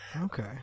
Okay